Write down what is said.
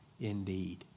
indeed